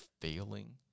failing